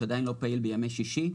שעדיין לא פעיל בימי שישי.